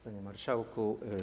Panie Marszałku!